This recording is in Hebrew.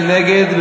מי נגד?